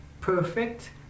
perfect